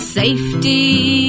safety